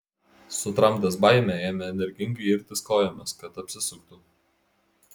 sutramdęs baimę ėmė energingai irtis kojomis kad apsisuktų